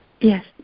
Yes